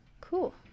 Cool